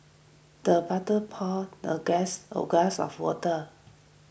the butler poured the guest a glass of water